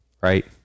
right